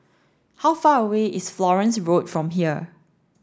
how far away is Florence Road from here